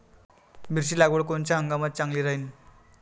मिरची लागवड कोनच्या हंगामात चांगली राहीन?